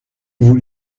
vous